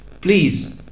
Please